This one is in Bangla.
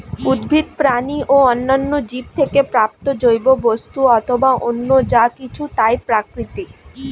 উদ্ভিদ, প্রাণী ও অন্যান্য জীব থেকে প্রাপ্ত জৈব বস্তু অথবা অন্য যা কিছু তাই প্রাকৃতিক